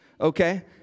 okay